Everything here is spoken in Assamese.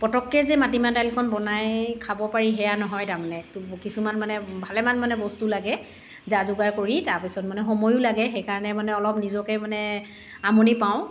পতককৈ যে মাটিমাহ দাইলকণ বনাই খাব পাৰি সেয়া নহয় তাৰমানে কিছুমান মানে ভালেমান মানে বস্তু লাগে যা যোগাৰ কৰি তাৰপিছত মানে সময়ো লাগে সেইকাৰণে মানে অলপ নিজকে মানে আমনি পাওঁ